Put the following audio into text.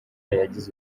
yagize